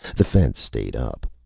the fence stayed up.